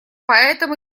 поэтому